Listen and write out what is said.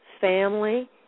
family